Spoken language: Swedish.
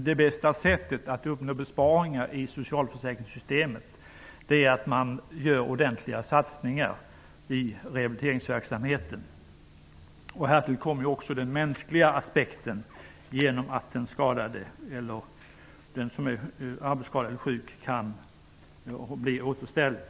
Det bästa sättet att uppnå besparingar i socialförsäkringssystemet är genom att man gör ordentliga satsningar i rehabiliteringsverksamheten. Härtill kommer den rent mänskliga aspekten, som att den som är arbetsskadad eller sjuk kan bli återställd.